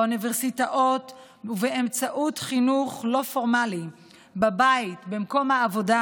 באוניברסיטאות ובאמצעות חינוך לא פורמלי בבית ובמקום העבודה.